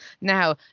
Now